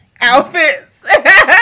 outfits